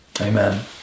amen